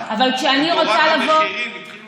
אבל כשאני רוצה לבוא, בתורת המחירים התחילו